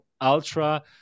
Ultra